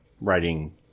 writing